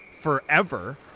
forever